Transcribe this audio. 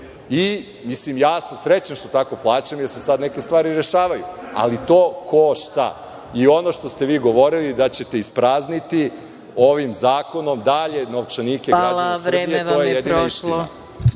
1.200. Ja sam srećan što tako plaćam, jer se sad neke stvari rešavaju, ali to košta. I ono što ste vi govorili da ćete isprazniti ovim zakonom dalje novčanike građana Srbije… **Maja